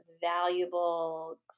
valuable